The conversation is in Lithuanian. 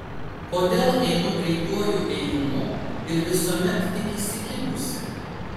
kodėl einu greituoju ėjimu ir visuomet tik įsikibusi